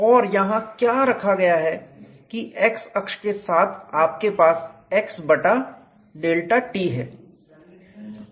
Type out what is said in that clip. और यहां क्या रखा गया है कि x अक्ष के साथ आपके पास x बटा डेल्टा t है